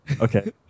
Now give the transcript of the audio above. Okay